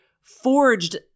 forged